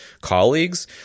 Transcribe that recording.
colleagues